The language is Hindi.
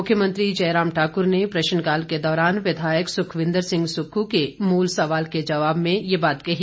मुख्यमंत्री जयराम ठाक्र ने प्रश्नकाल के दौरान विधायक सुखविंद्र सिंह सुक्खू के मूल सवाल के जवाब में ये बात कही